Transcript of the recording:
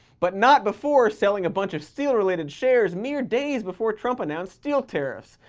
but not before selling a bunch of steel-related shares mere days before trump announced steel tariffs.